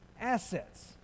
assets